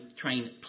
train